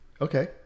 Okay